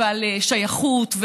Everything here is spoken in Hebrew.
ועל שייכות,